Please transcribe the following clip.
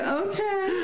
okay